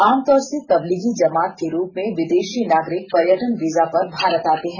आमतौर से तबलीगी जमात के रूप में विदेशी नागरिक पर्यटन वीजा पर भारत आते हैं